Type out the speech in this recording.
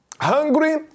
hungry